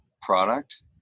product